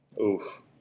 Oof